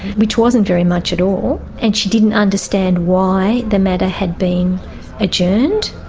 which wasn't very much at all, and she didn't understand why the matter had been adjourned.